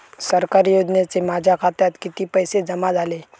सरकारी योजनेचे माझ्या खात्यात किती पैसे जमा झाले?